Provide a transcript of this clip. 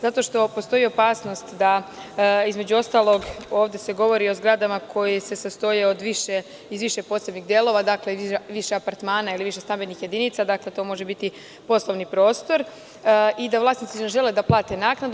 Zato što postoji opasnost, između ostalog, ovde se govori o zgradama koje se sastoje iz više posebnih delova, dakle, više apartmana ili više stambenih jedinica, to može biti i poslovni prostor i da vlasnici ne žele da plate naknadu.